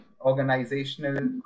organizational